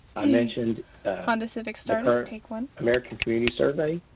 i mentioned the current american community survey.